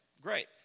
Great